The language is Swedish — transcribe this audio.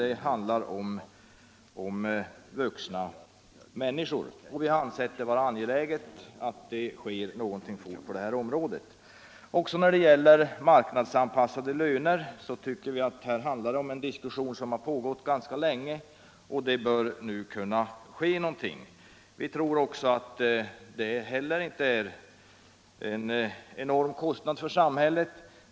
Vi har ansett det angeläget att någonting snabbt görs på detta område. Också diskussionen om marknadsanpassade löner har pågått ganska länge, och någonting bör nu kunna ske. Vi tror inte att marknadsanpassade löner skulle medföra några enorma kostnader för samhället.